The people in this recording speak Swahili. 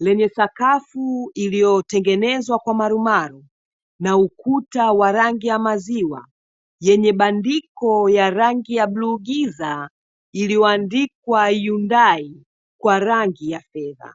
lenye sakafu iliyotengenezwa kwa marumaru na ukuta wa rangi ya maziwa yenye bandiko ya rangi ya bluu giza iliyoandikwa 'Hyundai' kwa rangi ya fedha.